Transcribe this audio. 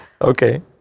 Okay